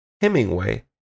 Hemingway